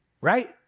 right